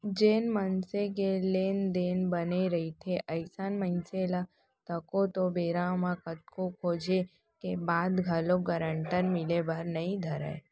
जेन मनसे के लेन देन बने रहिथे अइसन मनसे ल तको तो बेरा म कतको खोजें के बाद घलोक गारंटर मिले बर नइ धरय